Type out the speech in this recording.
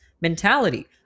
mentality